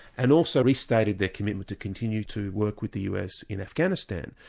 and also he stated their commitment to continue to work with the us in afghanistan.